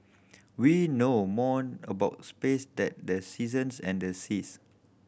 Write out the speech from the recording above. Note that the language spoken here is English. we know more about space than the seasons and the seas